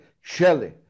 Shelley